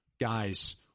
Guys